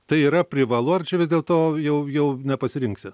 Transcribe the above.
tai yra privalu ar čia vis dėlto jau jau nepasirinksi